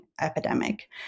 epidemic